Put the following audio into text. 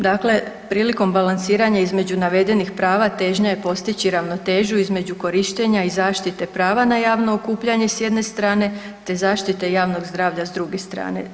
Dakle, prilikom balansiranja između navedenih prava težnja je postići ravnotežu između korištenja i zaštite prava na javno okupljanje sa jedne strane, te zaštita javnog zdravlja sa druge strane.